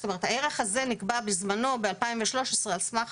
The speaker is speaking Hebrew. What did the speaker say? זאת אומרת הערך הזה נקבע בזמנו ב-2013 על סמך